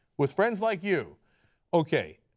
with friends like you okay.